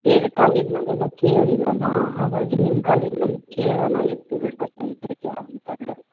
ಬೇರೆ ಕಾಲೇಜ್ನಲ್ಲೆಲ್ಲ ಕೇಳಿದ್ವಲ್ಲಾ ಹಾಗಾಗಿ ನಿಮ್ಮ ಕಾಲೇಜ್ನಲ್ಲಿ ಕೇಳಣ ಎಷ್ಟಿದೆ ಪರ್ಸೆಂಟೇಜು ಅಂತಂದು